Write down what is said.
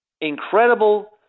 incredible